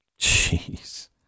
jeez